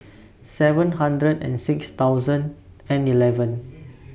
seven hundred and six thousand and eleven